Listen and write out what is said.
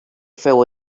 feu